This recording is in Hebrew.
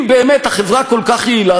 אם באמת החברה כל כך יעילה,